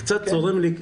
קצת צורם לי,